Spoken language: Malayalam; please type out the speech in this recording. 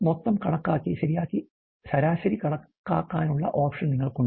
മൊത്തം കണക്കാക്കി ശരാശരി കണക്കാക്കാനുള്ള ഓപ്ഷൻ നിങ്ങൾക്കുണ്ട്